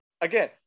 again